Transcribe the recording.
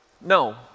No